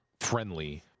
friendly